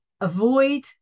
avoid